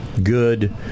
good